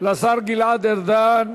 לשר גלעד ארדן,